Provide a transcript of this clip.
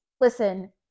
listen